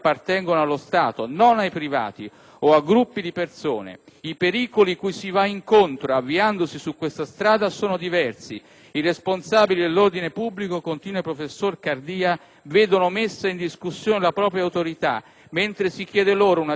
I pericoli a cui si va incontro avviandosi su questa strada sono diversi. I responsabili dell'ordine pubblico» - continua il professor Cardia - «vedono messa in discussione la propria autorità, mentre si chiede loro una difficile valutazione di iniziative private che possono sfuggire